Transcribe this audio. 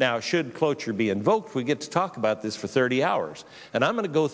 now should cloture be invoked we get to talk about this for thirty hours and i'm going to go